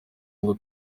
ngo